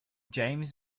james